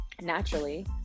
naturally